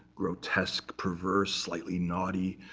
grotesque, perverse, slightly naughty